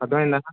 అర్ధమయ్యిందా